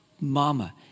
Mama